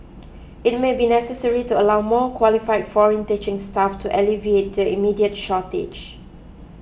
it may be necessary to allow more qualify foreign teaching staff to alleviate the immediate shortage